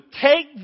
take